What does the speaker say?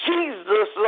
Jesus